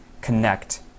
connect